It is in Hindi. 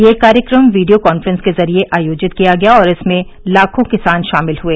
यह कार्यक्रम वीडियो कॉन्फ्रेंस के जरिये आयोजित किया गया और इसमें लाखों किसान शामिल हुए